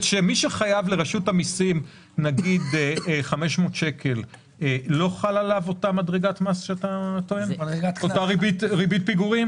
מי שחייב לרשות המסים 500 שקל לא חלה עליו אותה ריבית פיגורים?